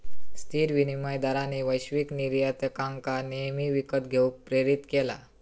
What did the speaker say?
स्थिर विनिमय दरांनी वैश्विक निर्यातकांका नेहमी विकत घेऊक प्रेरीत केला